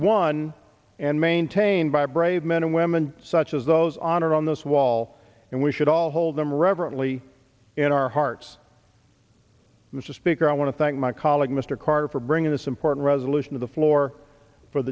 won and maintained by brave men and women such as those honored on this wall and we should all hold them reverently in our hearts mr speaker i want to thank my colleague mr carr for bringing this important resolution to the floor for